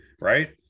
Right